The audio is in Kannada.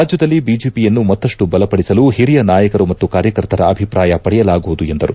ರಾಜ್ಯದಲ್ಲಿ ಬಿಜೆಪಿಯನ್ನು ಮತ್ತಷ್ಟು ಬಲಪಡಿಸಲು ಹಿರಿಯ ನಾಯಕರು ಮತ್ತು ಕಾರ್ಯಕರ್ತರ ಅಭಿಪ್ರಾಯ ಪಡೆಯಲಾಗುವುದು ಎಂದರು